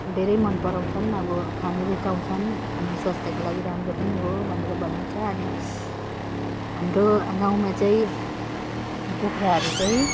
धेरै मन पराउँछन् अब खानु रुचाउँछन् अनि स्वास्थ्यको लागि राम्रो पनि हो भनेर भनिन्छ अनि हाम्रो गाउँमा चाहिँ कुखुराहरू चाहिँ